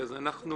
אני אתן